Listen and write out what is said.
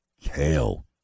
kale